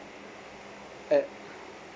at